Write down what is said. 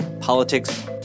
politics